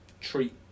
treat